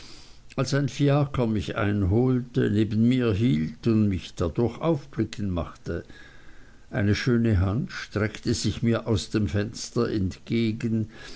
als ein fiaker mich einholte neben mir hielt und mich dadurch aufblicken machte eine schöne hand streckte sich mir aus dem fenster entgegen